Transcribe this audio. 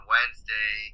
Wednesday